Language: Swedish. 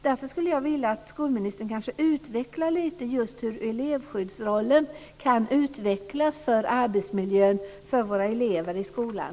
Därför skulle jag vilja att skolministern talar om just hur elevskyddsrollen kan utvecklas när det gäller arbetsmiljön för våra elever i skolan.